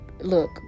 look